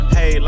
Hey